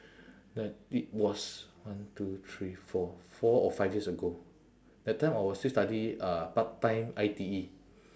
that it was one two three four four or five years ago that time I was still study uh part-time I_T_E